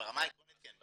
ברמה העקרונית כן,